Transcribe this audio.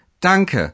danke